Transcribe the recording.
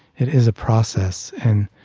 it is a process. and